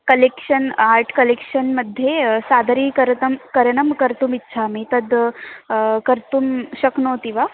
collection art कलेक्षन्मध्ये सादरीकरणं करणं कर्तुमिच्छामि तद् कर्तुं शक्नोति वा